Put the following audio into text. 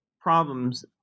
problems